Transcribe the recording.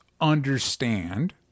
understand